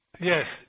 Yes